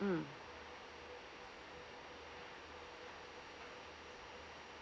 mm